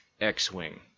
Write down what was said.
X-Wing